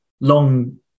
long